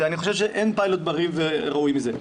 שאני חושב שאין פיילוט בריא וראוי מזה.